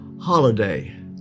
holiday